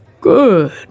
Good